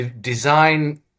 design